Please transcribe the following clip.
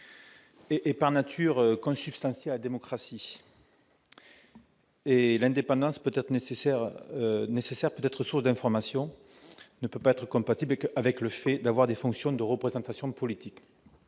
est par nature consubstantielle à la démocratie et que l'indépendance nécessaire pour être source d'information ne peut être compatible avec le fait d'exercer des fonctions de représentation politique.